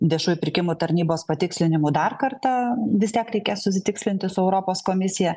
viešųjų pirkimų tarnybos patikslinimų dar kartą vis tiek reikės susitikslinti su europos komisija